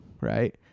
right